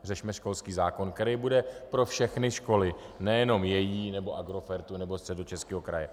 Řešme školský zákon, který bude pro všechny školy nejenom její nebo Agrofertu nebo Středočeského kraje.